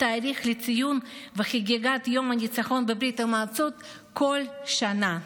התאריך ועל ציון חגיגת יום הניצחון בברית המועצות כל שנה.